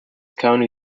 county